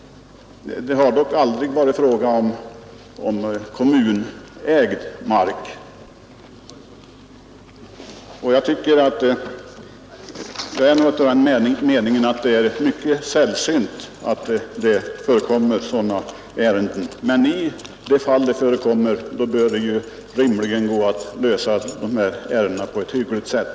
Det har dock aldrig varit fråga om kommunägd mark, och jag har den meningen att det är mycket sällsynt att sådana ärenden förekommer. Men i de fall de förekommer bör det rimligen gå att lösa problemen på ett hyggligt sätt.